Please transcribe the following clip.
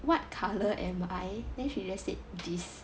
what colour am I then she just said this